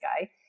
guy